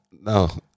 No